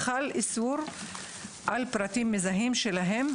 חל איסור על פרטים מזהים שלהם,